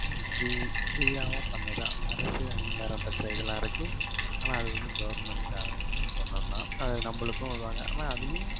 pre ப்ரீயாகவும் பண்ணுது அரசு அங்கீகாரம் பெற்ற இதெல்லாம் இருக்கு ஆனால் அது வந்து கவர்மெண்ட்காரங்களுக்கும் சொந்தம் தான் அது நம்மளுக்கும் விடுவாங்க ஆனால் அதுலையும்